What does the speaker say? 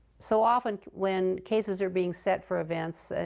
so often, when cases are being set for events,